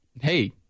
Hey